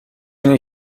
اینه